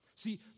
See